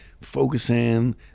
focusing